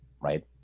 right